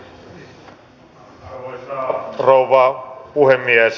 arvoisa rouva puhemies